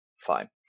fine